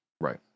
Right